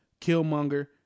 Killmonger